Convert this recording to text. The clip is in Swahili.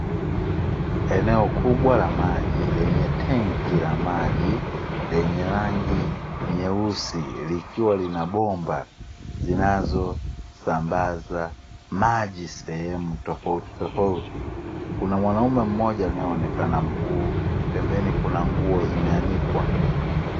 Eneo kubwa la maji lenye tenki la maji lenye rangi nyeusi likiwa lina bomba zinazosambaza maji sehemu tofauti tofauti. Kuna mwanaume anaeonekana mguu, pembeni kuna nguo zimeanikwa.